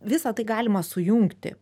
visa tai galima sujungti